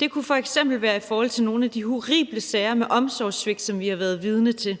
Det kunne f.eks. være i forhold til nogle af de horrible sager med omsorgssvigt, som vi har været vidne til –